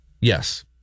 Yes